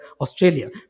Australia